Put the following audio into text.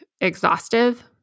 exhaustive